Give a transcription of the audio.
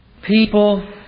People